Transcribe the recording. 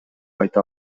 айта